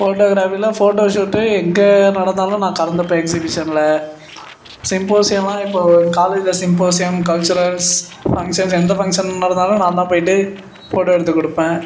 ஃபோட்டோகிராஃபியில் photo shoot எங்கே நடந்தாலும் நான் கலந்துப்பேன் எக்ஸிபிஷனில் சிம்போசியமெலாம் இப்போது காலேஜ்ஜில் சிம்போசியம் கல்ச்சுரல்ஸ் ஃபங்க்ஷன்ஸ் எந்த ஃபங்க்ஷன் நடந்தாலும் நான் தான் போய்விட்டு ஃபோட்டோ எடுத்துக் கொடுப்பேன்